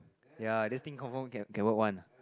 ya this thing confirm can can work one